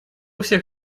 всех